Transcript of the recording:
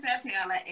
Santana